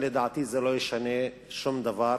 לדעתי זה לא ישנה שום דבר,